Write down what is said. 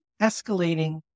escalating